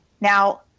Now